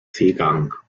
seegang